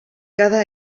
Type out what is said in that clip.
cada